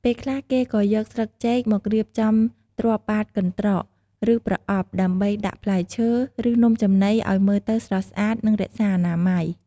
ពេលខ្លះ គេក៏យកស្លឹកចេកមករៀបចំទ្រាប់បាតកន្ត្រក ឬប្រអប់ ដើម្បីដាក់ផ្លែឈើ ឬនំចំណីឱ្យមើលទៅស្រស់ស្អាត និងរក្សាអនាម័យ។